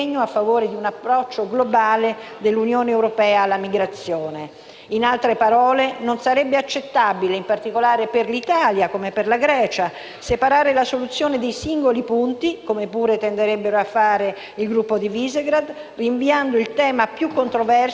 In altre parole non sarebbe accettabile, in particolare per l'Italia come per la Grecia, separare la soluzione dei singoli punti, come pure tenderebbe a fare il Gruppo di Visegrad, rinviando il tema più controverso ma per noi essenziale, cioè quello della revisione dell'accordo di Dublino, e stralciando